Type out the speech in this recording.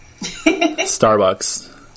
Starbucks